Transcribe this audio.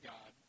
God